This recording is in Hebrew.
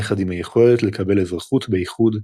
יחד עם היכולת לקבל אזרחות באיחוד,